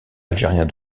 algériens